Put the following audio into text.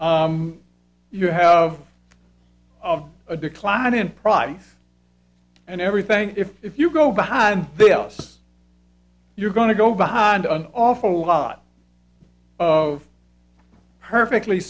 fine you have of a decline in price and everything if you go behind the else you're going to go behind an awful lot of perfectly